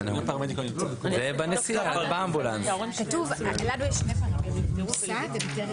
זה כבר נושא אחר.